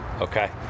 Okay